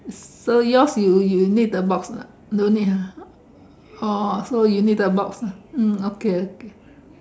so yours you you need the box or not don't need ah oh so you need a box lah mm okay okay